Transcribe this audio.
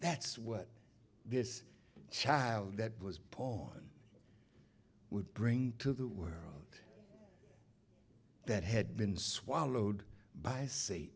that's what this child that was paul would bring to the world that had been swallowed by